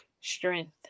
strength